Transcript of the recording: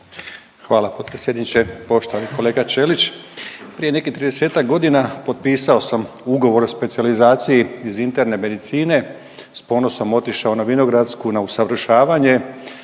Hvala potpredsjedniče. Poštovani kolega Ćelić. Prije nekih 30-ak godina potpisao sam ugovor o specijalizaciji iz interne medicine, s ponosom otišao na Vinogradsku na usavršavanje